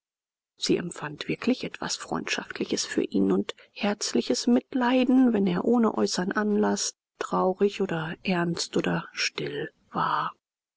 sie empfand wirklich etwas freundschaftliches für ihn und herzliches mitleiden wenn er ohne äußern anlaß traurig oder ernst oder still war